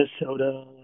Minnesota